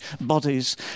bodies